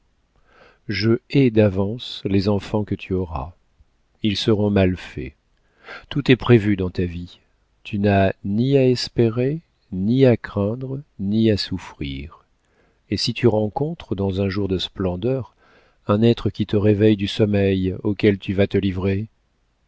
je hais d'avance les enfants que tu auras ils seront mal faits tout est prévu dans ta vie tu n'as ni à espérer ni à craindre ni à souffrir et si tu rencontres dans un jour de splendeur un être qui te réveille du sommeil auquel tu vas te livrer